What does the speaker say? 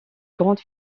grande